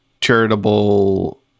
charitable